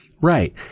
Right